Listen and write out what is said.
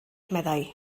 meddai